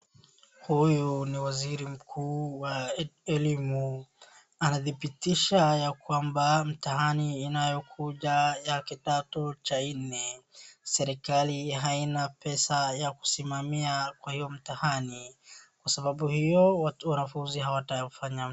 Huyu ni waziri mkuu wa elimu, anadhibitisha ya kwamba mitihani inayokuja ya kidato cha nne. Serikali haina pesa ya kusimamia hiyo mtihani. kwasababu hiyo wanafunzi hawatafanya mtihani.